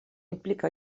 explica